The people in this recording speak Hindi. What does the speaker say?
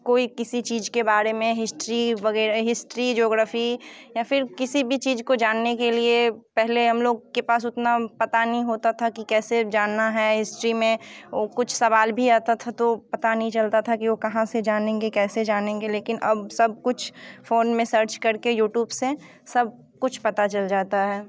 कोई किसी चीज के बारे में हिस्ट्री वगैरह हिस्ट्री जियोग्राफी या फिर किसी भी चीज को जानने के लिए पहले हम लोग के पास उतना पता नहीं होता था कि कैसे जानना है हिस्ट्री में कुछ सवाल भी आता था तो पता नहीं चलता था कि वो कहाँ से जानेंगे कैसे जानेंगे लेकिन अब सब कुछ फोन में सर्च करके यूट्यूब से सब कुछ पता चल जाता है